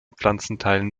pflanzenteilen